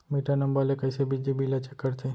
Metre number ले कइसे बिजली बिल ल चेक करथे?